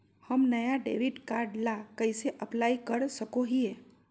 हम नया debit card ला कइसे अप्लाई कर सको हियै?